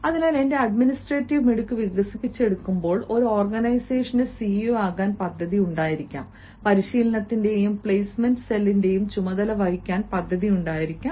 അതിനാൽ എന്റെ അഡ്മിനിസ്ട്രേറ്റീവ് മിടുക്ക് വികസിപ്പിച്ചെടുക്കുമ്പോൾ ഒരു ഓർഗനൈസേഷന്റെ സിഇഒ ആകാൻ പദ്ധതി ഉണ്ടായിരിക്കാം പരിശീലനത്തിന്റെയും പ്ലെയ്സ്മെന്റ് സെല്ലിന്റെയും ചുമതല വഹിക്കാൻ പദ്ധതി ഉണ്ടായിരിക്കാം